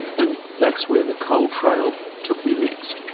and that's where the coal trail took me next.